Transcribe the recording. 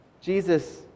Jesus